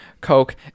Coke